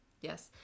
yes